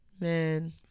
Man